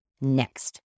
next